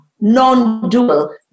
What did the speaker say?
non-dual